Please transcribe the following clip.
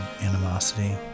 Animosity